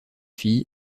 fille